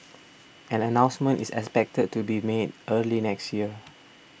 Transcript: an announcement is expected to be made early next year